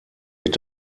mit